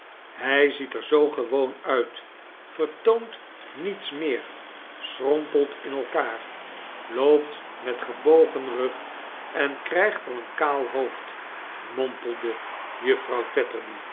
hij ziet er zoo gewoom uit vertoont niets meer schrompelt in elkaar loopt met gebogen rug en krijgt al een kaal hoofd mompelde juffrouw